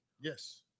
Yes